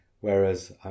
Whereas